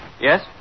Yes